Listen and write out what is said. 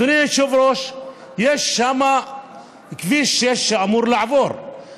אדוני היושב-ראש, כביש 6 אמור לעבור שם.